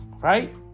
right